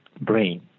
brain